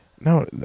no